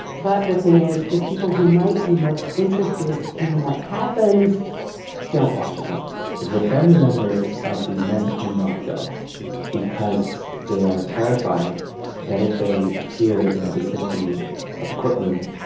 but the thing is, the people who might be most interested in what happens don't walk in the family members of these men do not go because they are terrified that if they appear in the vicinity of the courtroom,